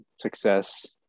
success